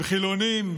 הם חילונים,